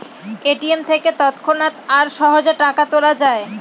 ATM থেকে তৎক্ষণাৎ আর সহজে টাকা তোলা যায়